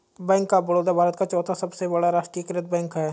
bank of Baroda Bharat का चौथा सबसे बड़ा राष्ट्रीयकृत बैंक है